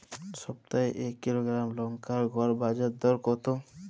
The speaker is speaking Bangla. সপ্তাহে এক কিলোগ্রাম লঙ্কার গড় বাজার দর কতো?